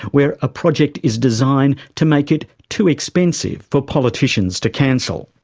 where a project is designed to make it too expensive for politicians to cancel.